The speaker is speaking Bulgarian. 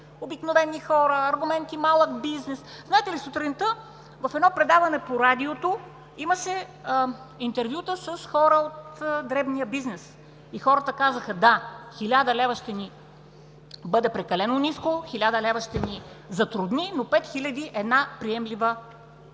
обикновени хора, аргументи – малък бизнес. Знаете ли, сутринта в едно предаване по радиото имаше интервюта с хора от дребния бизнес? Хората казаха: „Да, 1000 лв. ще бъде прекалено ниско, 1000 лв. ще ни затрудни, но 5000 лв. е една приемлива сума“.